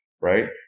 Right